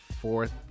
fourth